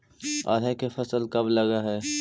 अरहर के फसल कब लग है?